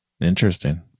interesting